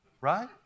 right